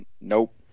Nope